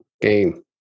game